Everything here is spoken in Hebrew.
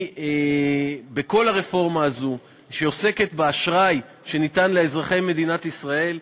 בכל הרפורמה הזאת שעוסקת באשראי שניתן לאזרחי מדינת ישראל,